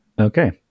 Okay